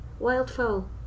wildfowl